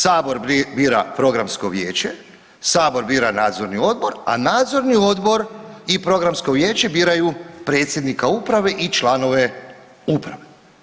Sabor bira programsko vijeće, sabor bira nadzorni odbor, a nadzorni odbor i programsko vijeće biraju predsjednika uprave i članove uprave.